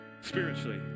spiritually